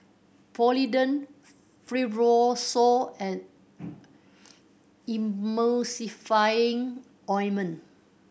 Polident Fibrosol and Emulsying Ointment